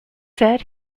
said